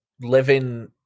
living